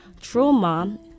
Trauma